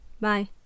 Bye